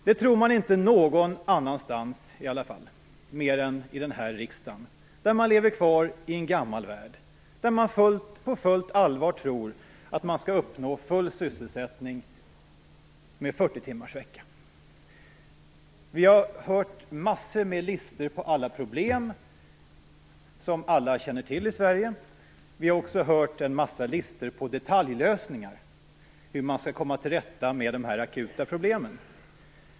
Det tror man inte någon annanstans än i den här riksdagen, där man lever kvar i en gammal värld, där man på fullt allvar tror att man skall uppnå full sysselsättning med Vi har hört mängder med listor föredras över alla problem, som alla i Sverige känner till. Vi har också hört en mängd listor över detaljlösningar, hur man skall komma till rätta med de akuta problemen.